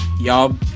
Y'all